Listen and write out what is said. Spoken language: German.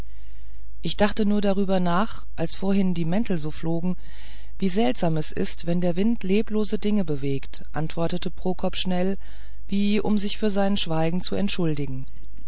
ich dachte nur darüber nach als vorhin die mäntel so flogen wie seltsam es ist wenn der wind leblose dinge bewegt antwortete prokop schnell wie um sich wegen seines schweigens zu entschuldigen